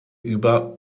über